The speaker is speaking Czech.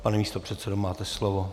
Pane místopředsedo, máte slovo.